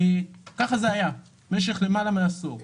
ככה זה היה במשך למעלה מעשור.